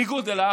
בניגוד אליו,